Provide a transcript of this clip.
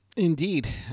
Indeed